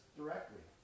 directly